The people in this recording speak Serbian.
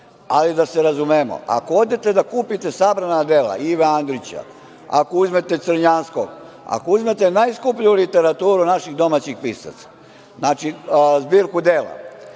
ali da se razumemo. Ako odete da kupite sabrana dela Ive Andrića, ako uzmete Crnjanskog, uzmete najskuplju literaturu naših domaćih pisaca, znači zbirku dela,